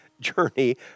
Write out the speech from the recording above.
journey